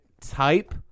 type